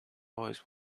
always